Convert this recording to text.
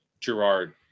Gerard